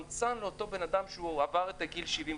מבחינת אלה שעברו את גיל 70,